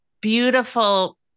beautiful